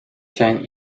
zijn